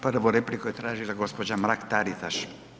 Prvu repliku je tražila gospođa Mrak-Taritaš.